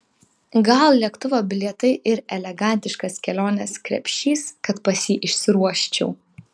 gal lėktuvo bilietai ir elegantiškas kelionės krepšys kad pas jį išsiruoščiau